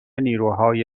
نیروهای